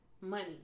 money